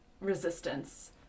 resistance